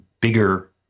bigger